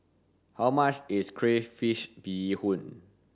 how much is crayfish beehoon